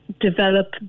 develop